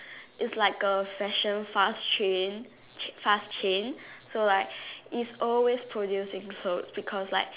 it's like a fashion fast chain fast chain so like it's always producing clothes because like